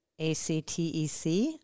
ACTEC